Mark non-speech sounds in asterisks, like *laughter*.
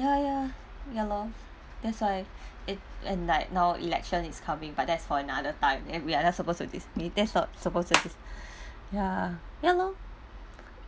ya ya ya lor that's why it and like now election is coming but that's for another time eh we are not suppose to dis~ this not suppose to *noise* ya ya lor